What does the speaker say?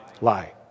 Lie